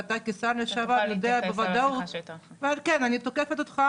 כשאתה שר לשעבר ויודע בוודאות ועל כן אני תוקפת אותך,